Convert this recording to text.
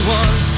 one